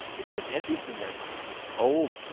it's just interesting that old,